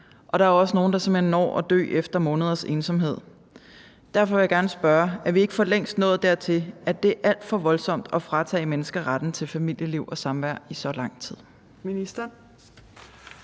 og der er også nogle, der simpelt hen når at dø efter måneders ensomhed. Derfor vil jeg gerne spørge: Er vi ikke for længst nået dertil, at det er alt for voldsomt at fratage mennesker retten til familieliv og samvær i så lang tid?